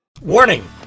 Warning